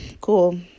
cool